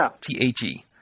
T-H-E